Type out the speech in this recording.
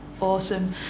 awesome